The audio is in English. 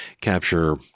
capture